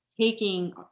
taking